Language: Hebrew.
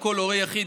או כל הורה יחיד,